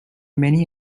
many